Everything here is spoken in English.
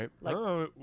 Right